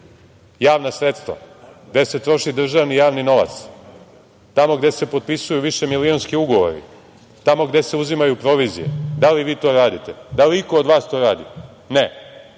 javna sredstva, gde se troši državni javni novac, tamo gde se potpisuju višemilionski ugovori, tamo gde se uzimaju provizije. Da li vi to radite? Da li iko od vas to radi? Ne.